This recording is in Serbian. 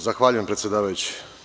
Zahvaljujem predsedavajući.